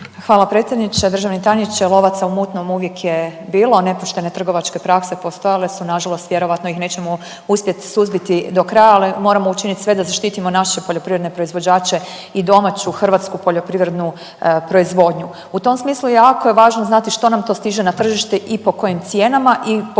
Hvala predsjedniče. Državni tajniče, lovaca u mutnom uvijek je bilo, a nepoštene trgovačke prakse postojale su nažalost vjerojatno ih nećemo uspjet suzbiti do kraja, ali moramo učiniti sve da zaštitimo naše poljoprivredne proizvođače i domaću hrvatsku poljoprivrednu proizvodnju. U tom smislu jako je važno znati što nam to stiže na tržište i po kojim cijenama i po